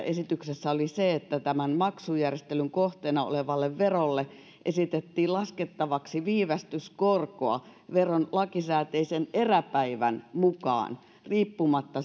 esityksessä oli se että tämän maksujärjestelyn kohteena olevalle verolle esitettiin laskettavaksi viivästyskorkoa veron lakisääteisen eräpäivän mukaan riippumatta